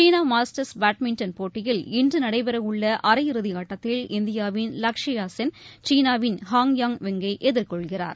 சீனா masters badminton போட்டியில் இன்று நடைபெற உள்ள அரையிறுதி ஆட்டத்தில் இந்தியாவின் லக்ஷயா சென் சீனாவின் ஹாங்யாங் வெங்கை எதிர்கொள்கிறார்